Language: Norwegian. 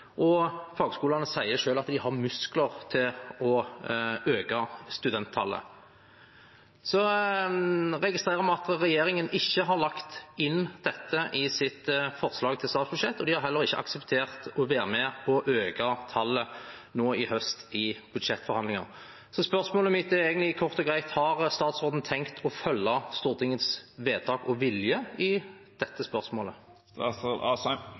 og fagskolene sier selv at de har muskler til å øke studenttallet. Vi registrerer at regjeringen ikke har lagt inn dette i sitt forslag til statsbudsjett, og de har heller ikke akseptert å være med på å øke tallet nå i høst i budsjettforhandlingene. Så spørsmålet mitt er egentlig kort og greit: Har statsråden tenkt å følge Stortingets vedtak og vilje i dette spørsmålet? Ja, selvfølgelig, enhver statsråd